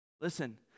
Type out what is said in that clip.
Listen